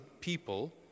people